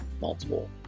multiple